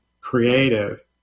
creative